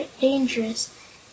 dangerous